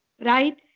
right